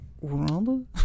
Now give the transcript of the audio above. world